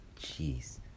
Jeez